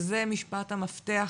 זה משפט המפתח.